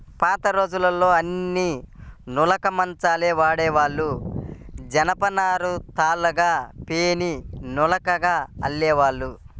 పాతరోజుల్లో అన్నీ నులక మంచాలే వాడేవాళ్ళు, జనపనారను తాళ్ళుగా పేని నులకగా అల్లేవాళ్ళు